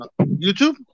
YouTube